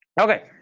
Okay